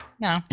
No